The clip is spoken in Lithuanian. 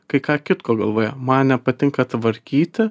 kai ką kitko galvoje man nepatinka tvarkyti